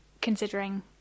considering